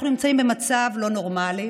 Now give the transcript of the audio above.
אנחנו נמצאים במצב לא נורמלי,